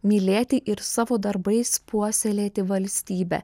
mylėti ir savo darbais puoselėti valstybę